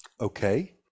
Okay